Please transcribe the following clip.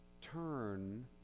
turn